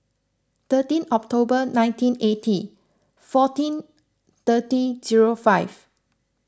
thirteen October nineteen eighty fourteen thirty zero five